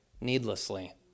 needlessly